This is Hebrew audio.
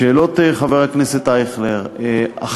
לשאלות חבר הכנסת ישראל אייכלר, א.